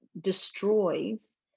destroys